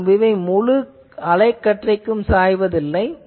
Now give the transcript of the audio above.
ஆனால் இவை முழு அலைக்கற்றைக்கும் சாய்வதில்லை